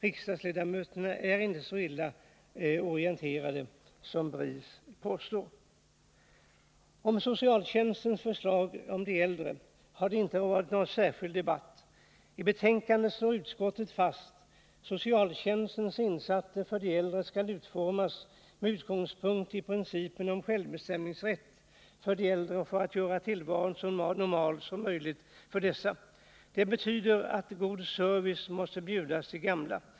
Riksdagsledamöterna är inte så illa orienterade som Bris påstår. Om socialtjänstens förslag beträffande de äldre har det inte varit någon särskild debatt. I betänkandet slår utskottet fast: Socialtjänstens insatser för de äldre skall utformas med utgångspunkt i principerna om självbestämmanderätt för de äldre och för att göra tillvaron så normal som möjligt för dem. Detta betyder att god service måste erbjudas de gamla.